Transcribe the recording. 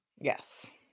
Yes